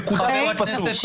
נקודה סוף פסוק.